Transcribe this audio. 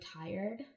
tired